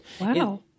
Wow